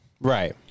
Right